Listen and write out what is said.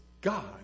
God